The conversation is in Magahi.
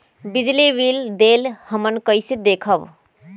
बिजली बिल देल हमन कईसे देखब?